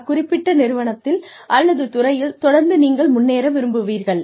அக்குறிப்பிட்ட நிறுவனத்தில் அல்லது துறையில் தொடர்ந்து நீங்கள் முன்னேற விரும்புவீர்கள்